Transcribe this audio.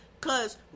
cause